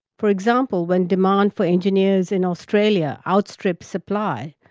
for example when demand for engineers in australia outstrips supply,